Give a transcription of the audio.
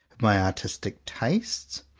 my artistic tastes,